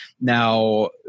Now